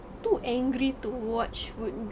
too angry to watch would